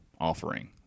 offering